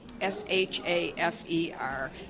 S-H-A-F-E-R